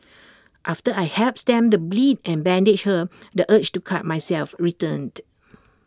after I helped stem the bleed and bandaged her the urge to cut myself returned